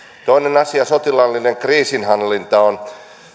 toinen asia sotilaallinen kriisinhallinta on